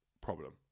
problem